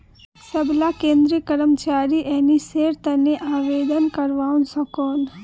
सबला केंद्रीय कर्मचारी एनपीएसेर तने आवेदन करवा सकोह